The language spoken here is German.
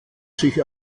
sich